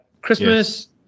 Christmas